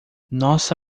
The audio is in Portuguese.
nossa